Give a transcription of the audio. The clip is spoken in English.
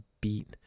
beat